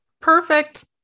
Perfect